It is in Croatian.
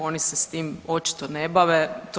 Oni se s tim očito ne bave.